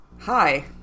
hi